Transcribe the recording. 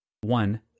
One